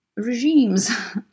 regimes